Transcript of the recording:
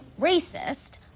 racist